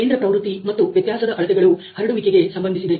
ಕೇಂದ್ರ ಪ್ರವೃತ್ತಿ ಮತ್ತು ವ್ಯತ್ಯಾಸದ ಅಳತೆಗಳು ಹರಡುವಿಕೆಗೆ ಸಂಬಂಧಿಸಿದೆ